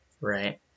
right